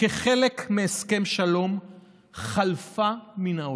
כחלק מהסכם שלום חלפה מן העולם.